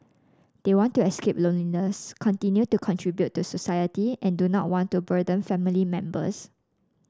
they want to escape loneliness continue to contribute to society and do not want to burden family members